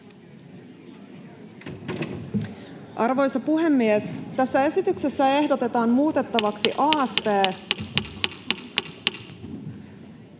Arvoisa puhemies! Tässä esityksessä ehdotetaan muutettavaksi